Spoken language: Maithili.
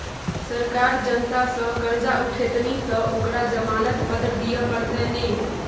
सरकार जनता सँ करजा उठेतनि तँ ओकरा जमानत पत्र दिअ पड़तै ने